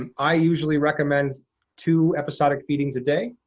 um i usually recommend two episodic feedings a day.